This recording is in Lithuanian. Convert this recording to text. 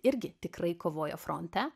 irgi tikrai kovojo fronte